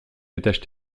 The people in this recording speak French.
détache